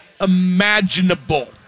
imaginable